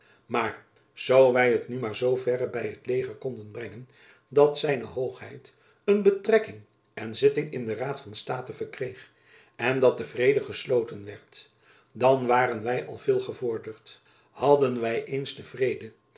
maar zoo wy het nu maar z verre by t leger konden brengen dat z hoogheid een betrekking en zitting in de raad van state verkreeg en dat de vrede gesloten werd dan waren wy al veel gevorderd hadden wij eens den